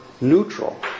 neutral